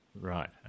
Right